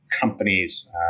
companies